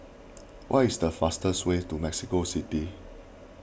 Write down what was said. what is the fastest way to Mexico City